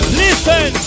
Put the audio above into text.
listen